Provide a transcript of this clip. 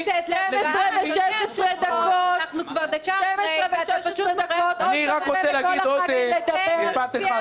12:16. עוד משפט אחד.